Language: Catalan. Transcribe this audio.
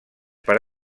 per